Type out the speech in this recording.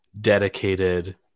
dedicated